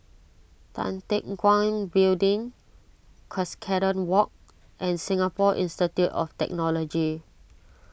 Tan Teck Guan Building Cuscaden Walk and Singapore Institute of Technology